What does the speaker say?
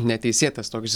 neteisėtas toks